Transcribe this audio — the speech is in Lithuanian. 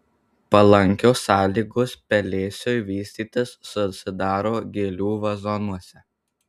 palankios sąlygos pelėsiui vystytis susidaro gėlių vazonuose